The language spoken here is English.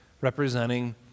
representing